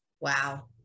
Wow